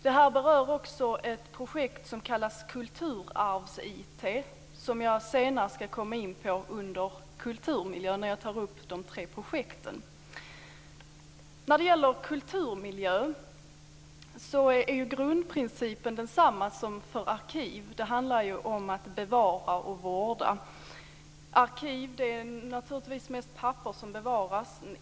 Detta berör också ett projekt som kallas Kulturarvs-IT, som jag senare ska gå in på under rubriken Kulturmiljö när jag tar upp de tre projekten. Angående kulturmiljön är grundprincipen densamma som för arkiv. Det handlar om att bevara och vårda. I arkiven är det mest papper som bevaras.